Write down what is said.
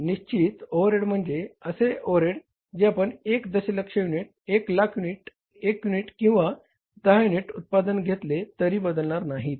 निश्चित ओव्हरहेड म्हणजे असे ओव्हरहेड जे आपण १ दशलक्ष युनिट १ लाख युनिट १ युनिट किंवा १० युनिट्सचे उत्पादन घेतले तरी ते बदलणार नाहीत